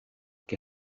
que